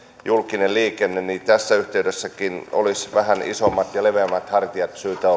julkinen liikenne tässä yhteydessäkin olisi vähän isommat ja leveämmät hartiat syytä